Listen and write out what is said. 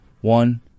one